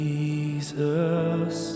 Jesus